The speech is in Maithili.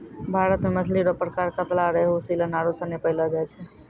भारत मे मछली रो प्रकार कतला, रेहू, सीलन आरु सनी पैयलो जाय छै